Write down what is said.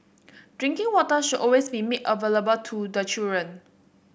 drinking water should always be made available to the children